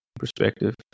perspective